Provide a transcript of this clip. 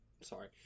sorry